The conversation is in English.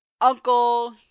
uncle